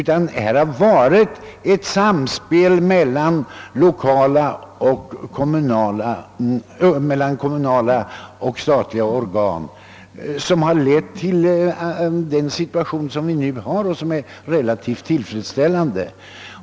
Nej, det har varit ett samspel mellan kommunala och statliga organ som har lett till den situation som vi nu har och som är relativt tillfredsställande.